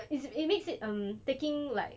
it it makes it um taking like